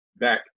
back